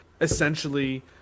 essentially